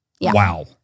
Wow